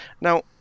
Now